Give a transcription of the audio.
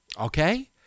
okay